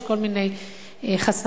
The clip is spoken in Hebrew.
יש כל מיני חסמים.